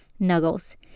Nuggles